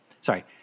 sorry